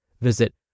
Visit